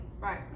Right